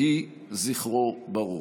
יהי זכרו ברוך.